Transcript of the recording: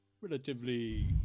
relatively